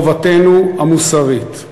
חובתנו המוסרית,